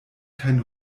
kein